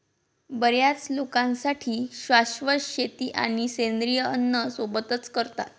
बर्याच लोकांसाठी शाश्वत शेती आणि सेंद्रिय अन्न सोबतच करतात